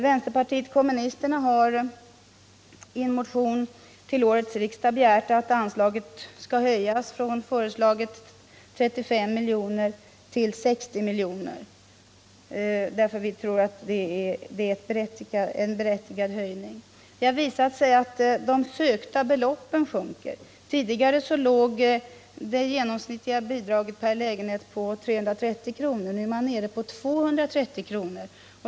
Vänsterpartiet kommunisterna har i en motion till årets riksdag begärt att anslaget skall höjas från, som föreslagits, 35 milj.kr. till 60 milj.kr. Vi tror att det är en berättigad höjning. Det har visat sig att de sökta beloppen sjunker. Tidigare var det genomsnittliga bidraget per lägenhet 330 kr. Nu är man nere i 230 kr.